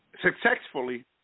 successfully